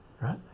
right